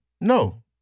No